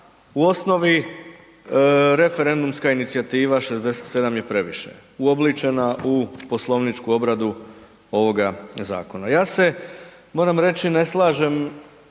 u osnovi referendumska inicijativa „67 je previše“ uobličena u poslovničku obradu ovoga zakona. Ja se moram reći ne slažem